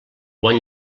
bon